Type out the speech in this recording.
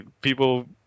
People